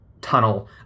tunnel